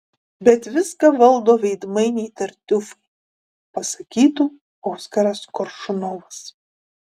bet viską valdo veidmainiai tartiufai pasakytų oskaras koršunovas